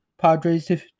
Padres